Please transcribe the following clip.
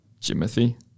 Jimothy